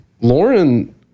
Lauren